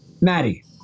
Maddie